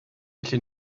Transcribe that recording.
felly